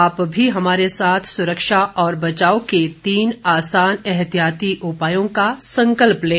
आप भी हमारे साथ सुरक्षा और बचाव के तीन आसान एहतियाती उपायों का संकल्प लें